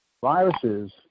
Viruses